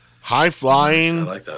High-flying